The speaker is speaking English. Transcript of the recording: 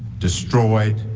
destroyed,